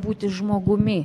būti žmogumi